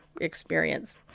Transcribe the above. experience